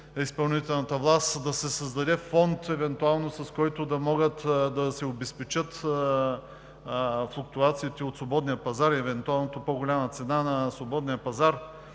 изпълнителната власт. Евентуално да се създаде фонд, с който да могат да се обезпечат флуктуациите от свободния пазар и евентуалната по-голяма цена на свободния пазар,